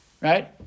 Right